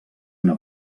una